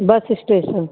bus station